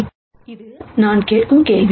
இது நான் கேட்கும் கேள்வி